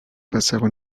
passèrent